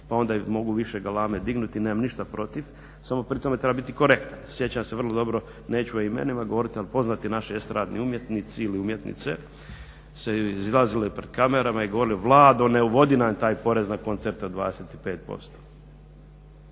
pa onda mogu više galame dignuti nemam ništa protiv. Samo pri tome treba biti korektan. Sjećam se vrlo dobro neću o imenima govoriti, ali poznati naši estradni umjetnici ili umjetnice su izlazile pred kamerama i govorili Vlado ne uvodi nam taj porez na koncerte od 25%.